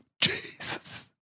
Jesus